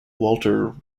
walter